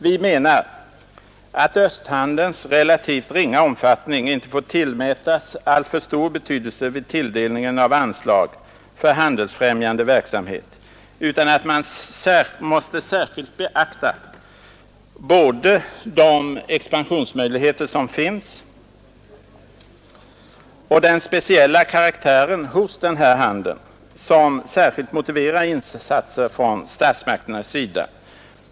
Vi menar att östhandelns relativt ringa omfattning inte får tillmätas alltför stor betydelse vid tilldelningen av anslag för handelsfrämjande verksamhet utan att man måste särskilt beakta både de expansionsmöjligheter som finns och den speciella karaktären hos den här handeln, som särskilt motiverar insatser från statsmakternas sida.